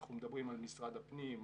אנחנו מדברים על משרד הפנים,